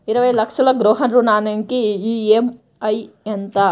ఇరవై లక్షల గృహ రుణానికి ఈ.ఎం.ఐ ఎంత?